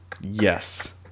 yes